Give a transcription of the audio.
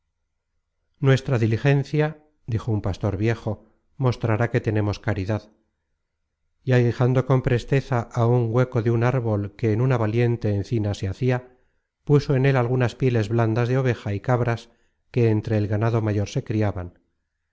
nuestra diligencia dijo un pastor viejo mostrará que tenemos caridad y aguijando con presteza á un hueco de un árbol que en una valiente encina se hacia puso en él algunas pieles blandas de ovejas y cabras que entre el ganado mayor se criaban